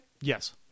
Yes